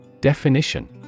Definition